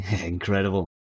Incredible